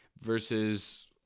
versus